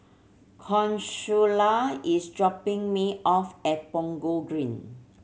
Consuela is dropping me off at Punggol Green